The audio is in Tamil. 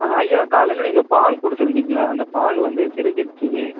ஐயா காலையில் நீங்கள் பால் கொடுத்துருந்தீங்கள்ல அந்த பால் வந்து திரிஞ்சிடுச்சி